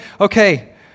okay